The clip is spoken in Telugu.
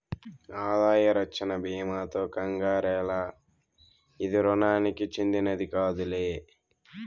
ఆదాయ రచ్చన బీమాతో కంగారేల, ఇది రుణానికి చెందినది కాదులే